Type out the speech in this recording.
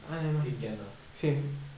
think can ah